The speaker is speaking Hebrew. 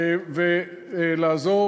ולעזור